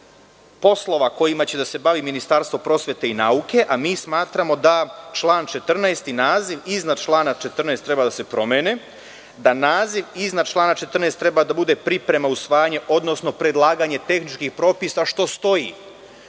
poslova kojima će da se bavi Ministarstvo prosvete i nauke, a mi smatramo da član 14. i naziv iznad člana 14. treba da se promene, da naziv iznad člana 14. treba da bude – priprema, usvajanje, odnosno predlaganje tehničkih propisa, što stoji